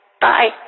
Bye